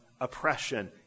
oppression